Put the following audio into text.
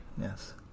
yes